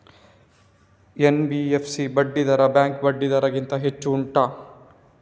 NBFC ಬಡ್ಡಿ ದರ bank ಬಡ್ಡಿ ದರ ಗಿಂತ ಹೆಚ್ಚು ಉಂಟಾ